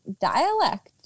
dialect